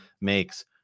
makes